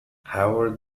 however